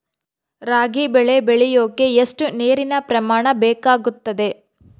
ರಾಗಿ ಬೆಳೆ ಬೆಳೆಯೋಕೆ ಎಷ್ಟು ನೇರಿನ ಪ್ರಮಾಣ ಬೇಕಾಗುತ್ತದೆ?